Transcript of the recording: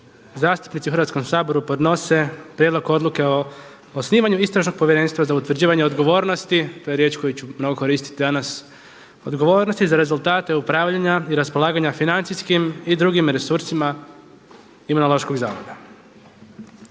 zastupnici u Hrvatskom saboru podnose Prijedlog odluke o osnivanju Istražnog povjerenstva za utvrđivanje odgovornosti, to je riječ koju ću mnogo koristiti danas, odgovornosti za rezultate upravljanje i raspolaganja financijskim i drugim resursima Imunološkog zavoda.